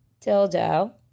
dildo